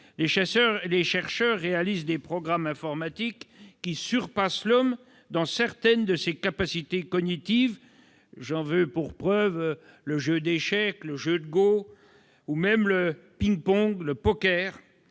Les chercheurs réalisent des programmes informatiques qui surpassent l'homme dans certaines de ses capacités cognitives. Je pense notamment au jeu d'échecs, au jeu de go ou même au ping-pong ou au poker.